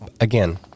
Again